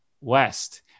West